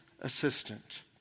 assistant